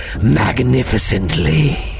magnificently